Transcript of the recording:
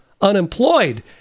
unemployed